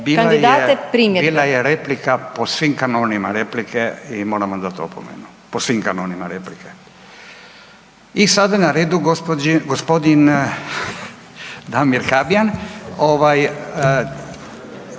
Bila je replika po svim kanonima replike i moram vam dati opomenu, po svim kanonima replike. I sada je na redu gospodin Damir Habijan, ovaj